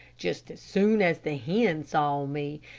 just as soon as the hen saw me,